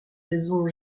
raisons